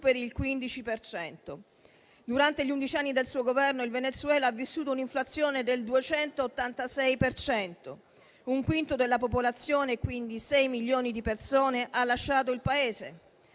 il 15 per cento. Durante gli undici anni del suo Governo, il Venezuela ha vissuto un'inflazione del 286 per cento; un quinto della popolazione (quindi 6 milioni di persone) ha lasciato il Paese.